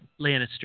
Lannister